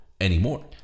anymore